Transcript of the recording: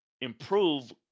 improve